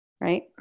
Right